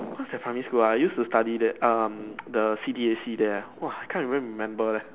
what's that primary school ah I used to study there um the C_D_A_C there !wah! I can't even remember leh